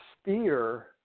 steer